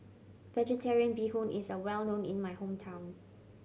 Vegetarian Bee Hoon is well known in my hometown